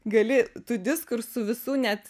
gali tų diskursų visų net